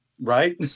right